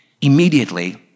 Immediately